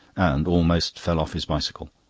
and almost fell off his bicycle.